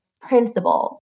principles